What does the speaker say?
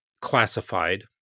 classified